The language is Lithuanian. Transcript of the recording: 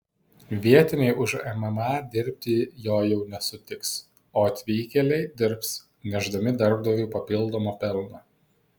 vietiniai už mma dirbti jo jau nesutiks o atvykėliai dirbs nešdami darbdaviui papildomą pelną